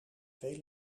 twee